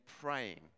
praying